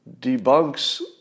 debunks